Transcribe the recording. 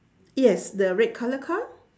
yes the red colour car